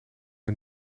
een